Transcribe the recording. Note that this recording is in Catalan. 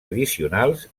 addicionals